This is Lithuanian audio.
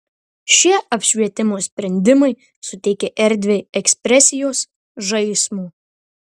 šie apšvietimo sprendimai suteikia erdvei ekspresijos žaismo